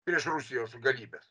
prieš rusijos galybes